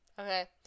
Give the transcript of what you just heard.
Okay